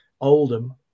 Oldham